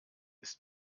ist